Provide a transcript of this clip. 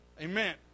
Amen